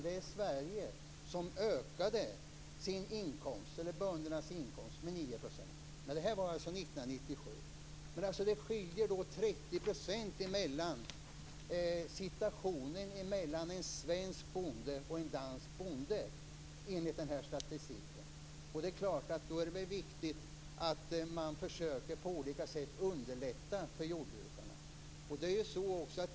Det är Sverige, som ökade böndernas inkomst med 9 %. Men detta var alltså 1997. Skillnaden i situationen för en svensk bonde och en dansk bonde är enligt den här statistiken 30 %. Då är det klart att det är viktigt att man på olika sätt försöker att underlätta för jordbrukarna.